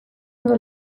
ondo